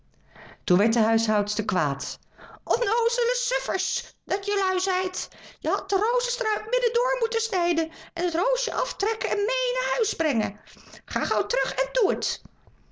toen werd de oude huishoudster kwaad onnoozele suffers dat jelui zijt je hadt de rozenstruik midden door moeten snijden en het roosje aftrekken en meè naar huis brengen ga gauw terug en doe het